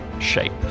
shape